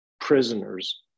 prisoners